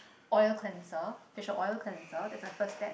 oil cleanser facial oil cleanser that's my first step